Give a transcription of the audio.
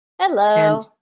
Hello